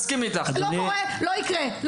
לא קורה, לא יקרה.